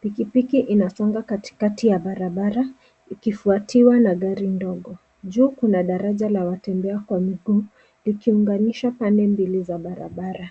Pikipiki inasonga katikati ya barabara ikifwatiwa na gari ndongo. Juu kuna daraja la watembea kwa mguu likiunganisha pande mbili za barabara.